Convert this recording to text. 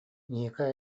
ника